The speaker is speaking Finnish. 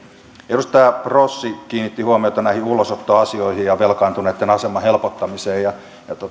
edustaja rossi kiinnitti huomiota näihin ulosottoasioihin ja velkaantuneitten aseman helpottamiseen ja